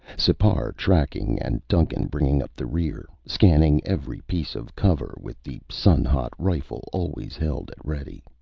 sipar tracking and duncan bringing up the rear, scanning every piece of cover, with the sun-hot rifle always held at ready.